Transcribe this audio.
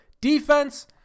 defense